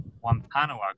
Wampanoag